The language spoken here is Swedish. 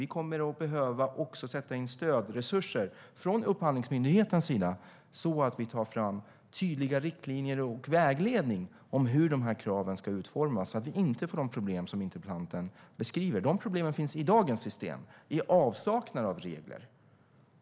Vi kommer också att behöva sätta in stödresurser från Upphandlingsmyndighetens sida och ta fram tydliga riktlinjer och vägledning om hur de här kraven ska utformas, så att vi inte får de problem som interpellanten beskriver. De problemen finns i dagens system i avsaknad av regler.